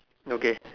okay